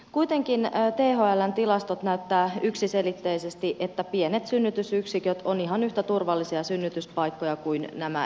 kuitenkin thln tilastot näyttävät yksiselitteisesti että pienet synnytysyksiköt ovat ihan yhtä turvallisia synnytyspaikkoja kuin nämä isommat synnytysyksiköt